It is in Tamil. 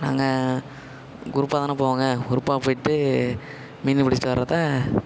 நாங்கள் குரூப்பாகதான போவாங்க குரூப்பாக போய்ட்டு மீன் பிடிச்சிகிட்டு வர்றப்போ